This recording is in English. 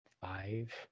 Five